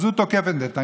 אז הוא תוקף את נתניהו,